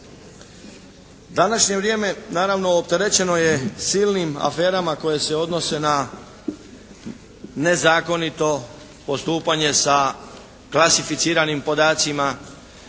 Današnje vrijeme naravno opterećeno je silnim aferama koje se odnose na nezakonito postupanje sa klasificiranim podacima,